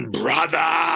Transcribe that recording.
brother